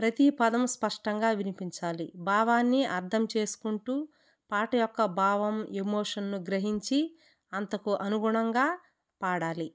ప్రతీ పదం స్పష్టంగా వినిపించాలి భావాన్ని అర్థం చేసుకుంటూ పాట యొక్క భావం ఎమోషన్ను గ్రహించి అంతకు అనుగుణంగా పాడాలి